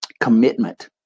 commitment